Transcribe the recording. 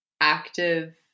active